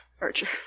Archer